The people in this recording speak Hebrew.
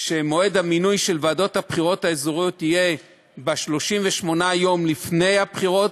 שמועד המינוי של ועדות הבחירות האזוריות יהיה 38 יום לפני הבחירות,